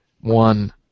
one